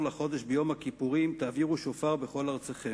לחדש ביום הכפרים תעבירו שופר בכל ארצכם,